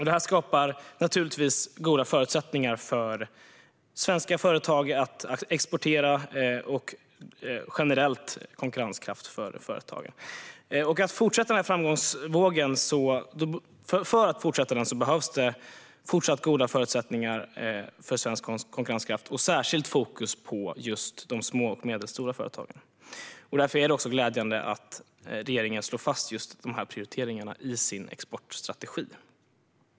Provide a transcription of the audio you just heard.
Det skapar goda förutsättningar för svenska företag att exportera och generellt en god konkurrenskraft för företagen. För att fortsätta den framgångsvågen behövs fortsatt goda förutsättningar för svensk konkurrenskraft och särskilt fokus på de små och medelstora företagen. Därför är det också glädjande att regeringen slår fast just de prioriteringarna i sin exportstrategi.